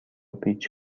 پیچ